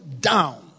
down